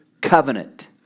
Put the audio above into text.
covenant